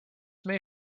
may